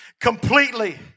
completely